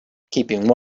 keeping